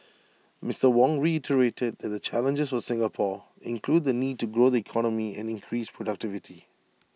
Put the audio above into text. Mister Wong reiterated that the challenges for Singapore include the need to grow the economy and increase productivity